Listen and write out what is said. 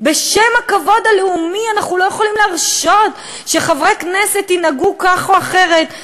בשם הכבוד הלאומי אנחנו לא יכולים להרשות שחברי כנסת ינהגו כך או אחרת.